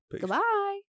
Goodbye